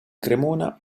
cremona